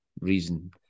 reason